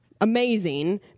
amazing